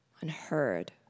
unheard